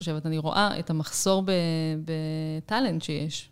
אני חושבת, אני רואה את המחסור בטאלנט שיש.